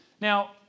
Now